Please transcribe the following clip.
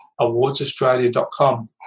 awardsaustralia.com